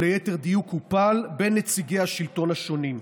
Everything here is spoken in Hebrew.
או ליתר דיוק הופל, בין נציגי השלטון השונים,